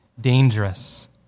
dangerous